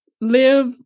live